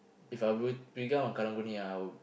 If I would become a Karang-Guni I would